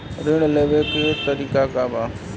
ऋण लेवे के तरीका का बा?